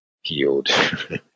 healed